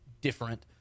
different